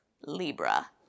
Libra